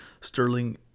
Sterling